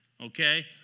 okay